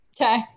Okay